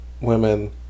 women